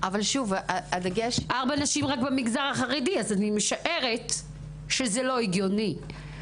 רק במגזר החרדי, אז אני משערת שזה לא הגיוני.